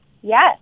Yes